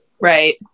Right